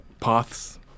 paths